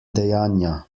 dejanja